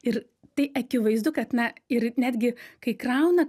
ir tai akivaizdu kad na ir netgi kai krauna